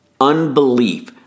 unbelief